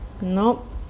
Nope